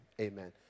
Amen